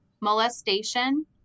molestation